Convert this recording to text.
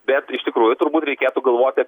bet iš tikrųjų turbūt reikėtų galvoti